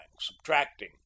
subtracting